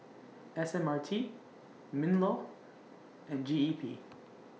S M R T MINLAW and G E P